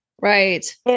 Right